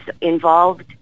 involved